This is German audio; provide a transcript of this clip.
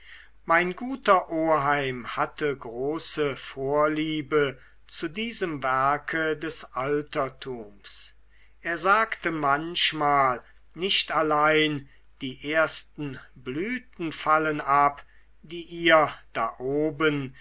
mein guter oheim hatte große vorliebe zu diesem werke des altertums er sagte manchmal nicht allein die ersten blüten fallen ab die ihr da oben